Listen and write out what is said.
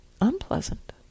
unpleasant